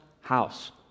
house